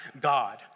God